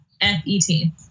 F-E-T